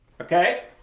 okay